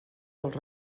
dels